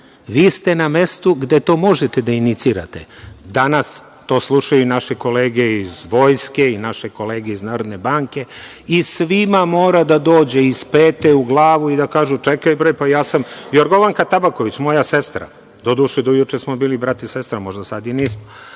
ste na mestu gde to možete da inicirate. Danas to slušaju i naše kolege iz Vojske i naše kolege iz Narodne banke i svima mora da dođe iz pete u glavu i da kažu – čekaj bre, pa ja sam …Jorgovanka Tabaković, moja sestra, doduše do juče smo bili brat i sestra, možda sad i nismo,